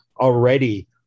already